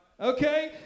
Okay